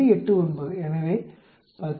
89 எனவே 10